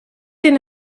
den